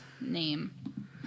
name